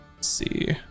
see